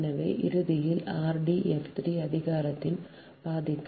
எனவே இறுதியில் rDF3 அதிகாரத்தின் பாதிக்கு